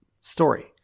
story